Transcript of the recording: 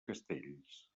castells